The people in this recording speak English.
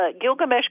Gilgamesh